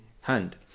hand